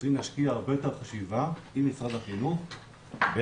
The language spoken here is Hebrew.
צריכים להשקיע הרבה יותר חשיבה עם משרד החינוך לגבי